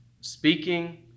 Speaking